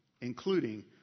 including